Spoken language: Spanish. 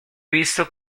visto